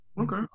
Okay